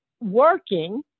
working